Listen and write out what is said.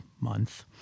Month